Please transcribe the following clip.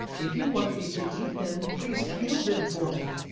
if you want me to eat them, please peel them for me.